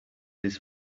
his